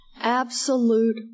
Absolute